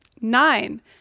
nine